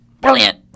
brilliant